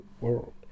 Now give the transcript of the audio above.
world